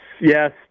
Yes